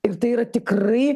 ir tai yra tikrai